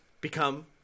become